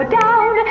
down